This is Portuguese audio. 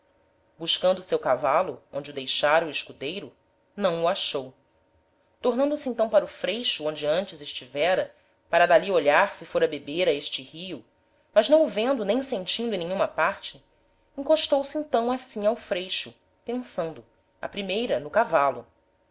buscando o seu cavalo onde o deixára o escudeiro não o achou tornando-se então para o freixo onde antes estivera para d'ali olhar se fôra beber a este rio mas não o vendo nem sentindo em nenhuma parte encostou-se então assim ao freixo pensando á primeira no cavalo